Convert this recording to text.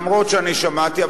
גם אם שמעתי,